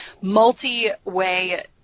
multi-way